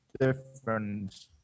different